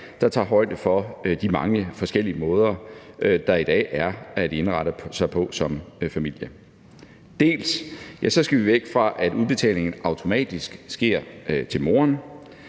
der tager højde for de mange forskellige måder, der i dag er på at indrette sig som familie. Dels skal vi væk fra, at udbetalingen automatisk sker til moren,